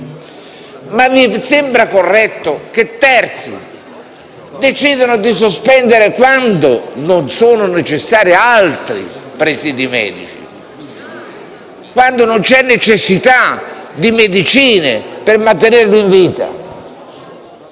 ma vi sembra corretto che terzi decidano di sospendere alimentazione e idratazione quando non sono necessari altri presidi medici, quando non c'è necessità di medicine per mantenerlo in vita?